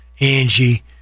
angie